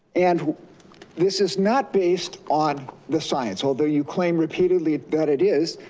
and this is not based on the science, although you claim repeatedly that it is,